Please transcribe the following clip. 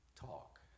talk